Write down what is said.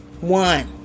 one